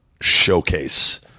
showcase